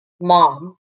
mom